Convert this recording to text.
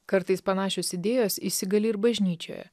kartais panašios idėjos įsigali ir bažnyčioje